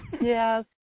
Yes